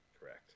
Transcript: Correct